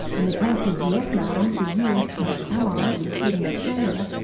in the case of vietnam, the us and its allies, including australia,